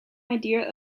idea